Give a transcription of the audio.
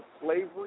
slavery